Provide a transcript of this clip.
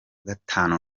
gatanu